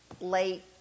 late